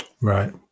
Right